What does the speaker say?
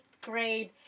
grade